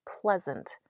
pleasant